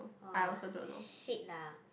!wah! shit lah